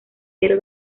pero